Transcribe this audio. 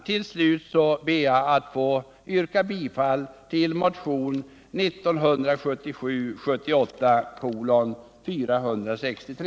Till slut ber jag att få yrka bifall till motionen 1977/ 78:463.